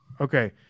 Okay